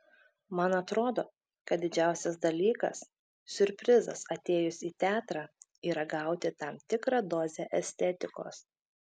man atrodo kad didžiausias dalykas siurprizas atėjus į teatrą yra gauti tam tikrą dozę estetikos